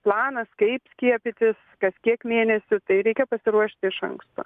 planas kaip skiepytis kas kiek mėnesių tai reikia pasiruošt iš anksto